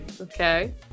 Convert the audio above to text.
Okay